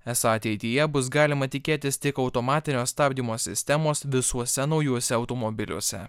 esą ateityje bus galima tikėtis tik automatinio stabdymo sistemos visuose naujuose automobiliuose